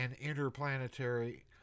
interplanetary